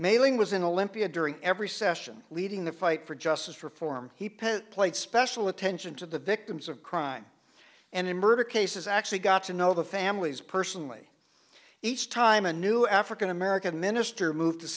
maling was in a limpia during every session leading the fight for justice reform he played special attention to the victims of crime and in murder cases actually got to know the families personally each time a new african american minister moved to